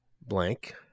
Blank